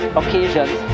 occasions